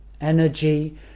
energy